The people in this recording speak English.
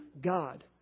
God